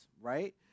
right